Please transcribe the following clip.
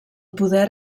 poder